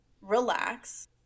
relax